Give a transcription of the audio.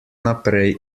naprej